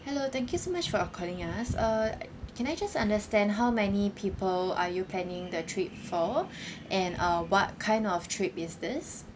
hello thank you so much for calling us uh can I just understand how many people are you planning the trip for and uh what kind of trip is this